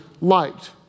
liked